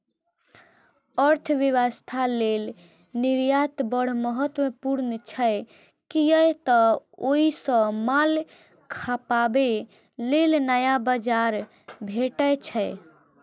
अर्थव्यवस्था लेल निर्यात बड़ महत्वपूर्ण छै, कियै तं ओइ सं माल खपाबे लेल नया बाजार भेटै छै